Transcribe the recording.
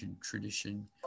tradition